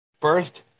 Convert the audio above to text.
First